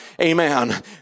Amen